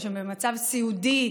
שהם במצב סיעודי,